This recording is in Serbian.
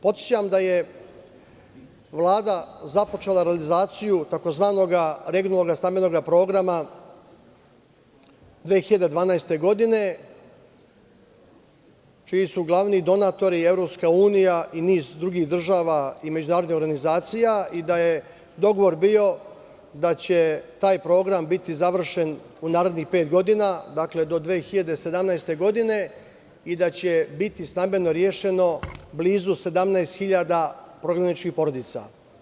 Podsećam da je Vlada započela realizaciju takozvanog regionalnog stambenog programa 2012. godine, čiju su glavni donatori EU i niz drugih država i međunarodnih organizacija i da je dogovor bio da će taj program biti završen u narednih pet godina, dakle, do 2017. godine i da će biti stambeno rešeno blizu 17000 prognaničkih porodica.